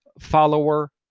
follower